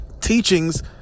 teachings